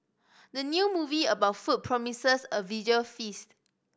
the new movie about food promises a visual feast